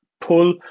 pull